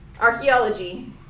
Archaeology